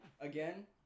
Again